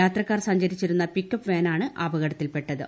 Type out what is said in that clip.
യാത്രക്കാർ സഞ്ചരിച്ചിരുന്ന പിക്അപ് വാനാണ് അപകടത്തിൽപെട്ടത്